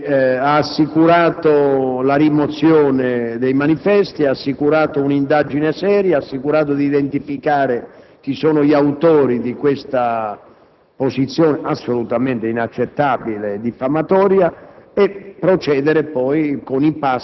La ringrazio, senatrice Allegrini, perché ha toccato un punto serio, sul quale bisogna riflettere ed operare. Appena ho avuto notizia di questo manifesto, il Senato ha provveduto ad interessare il questore di Roma,